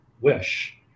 wish